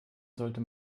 sollte